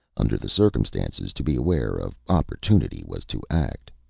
under the circumstances, to be aware of opportunity was to act.